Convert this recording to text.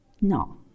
No